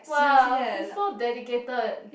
!wow! he's so dedicated